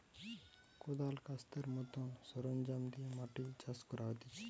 কদাল, কাস্তের মত সরঞ্জাম দিয়ে মাটি চাষ করা হতিছে